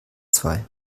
zwei